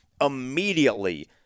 immediately